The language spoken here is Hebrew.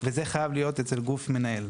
וזה חייב להיות אצל גוף מנהל.